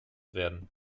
werden